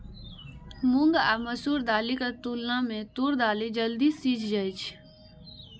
मूंग आ मसूर दालिक तुलना मे तूर दालि जल्दी सीझ जाइ छै